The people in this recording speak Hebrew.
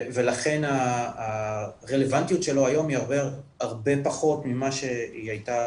ולכן הרלבנטיות שלו היום היא הרבה פחות ממה שהיא הייתה.